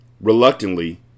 Reluctantly